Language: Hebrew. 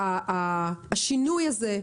שהשינוי הזה,